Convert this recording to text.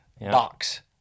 box